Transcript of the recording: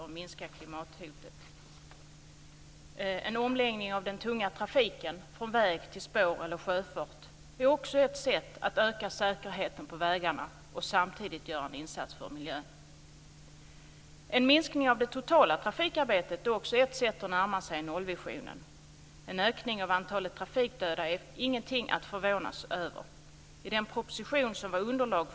Det är oerhört viktigt att den tunga trafiken följer hastighetsbegränsningarna. Vi har i utskottet tagit upp - och också här är vi eniga - att möjligheterna för de svenska myndigheterna att gripa in mot utländska förares misstag och överträdelser av lagen måste förbättras.